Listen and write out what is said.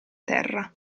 terra